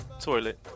toilet